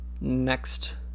next